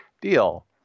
deal